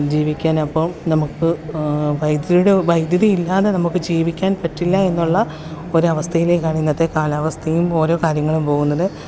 ജീവിക്കാൻ ആയപ്പോൾ നമുക്ക് വൈദ്യുതിയുടെ വൈദ്യുതിയില്ലാതെ നമുക്ക് ജീവിക്കാൻ പറ്റില്ലാ എന്നുള്ള ഒരവസ്ഥയിലേക്കാണിന്നത്തെ കാലാവസ്ഥയും ഓരോ കാര്യങ്ങളും പോകുന്നത്